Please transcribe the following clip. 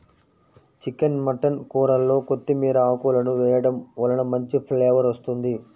chicken mutton కూరల్లో కొత్తిమీర ఆకులను వేయడం వలన మంచి ఫ్లేవర్ వస్తుంది